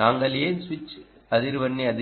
நாங்கள் ஏன் சுவிட்சிங் அதிர்வெண்ணை